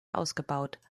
ausgebaut